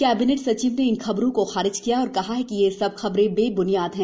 cabinet सचिव ने इन खबरों को खारिज किया है और कहा है कि ये सब खबरें बेब्नियाद हैं